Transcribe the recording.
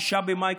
9 במאי,